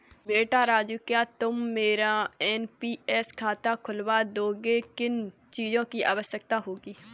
बेटा राजू क्या तुम मेरा एन.पी.एस खाता खुलवा दोगे, किन चीजों की आवश्यकता होगी?